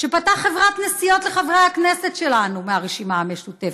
שפתח חברת נסיעות לחברי הכנסת שלנו מהרשימה המשותפת.